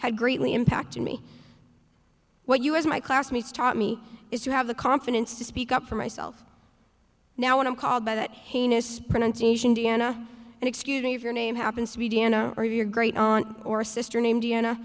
had greatly impacted me what you as my classmates taught me is to have the confidence to speak up for myself now when i'm called by that heinous pronunciation d'anna and excuse me if your name happens to be diana or your great aunt or sister named diana